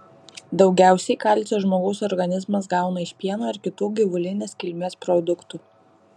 daugiausiai kalcio žmogaus organizmas gauna iš pieno ir kitų gyvulinės kilmės produktų